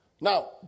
Now